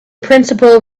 principal